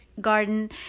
garden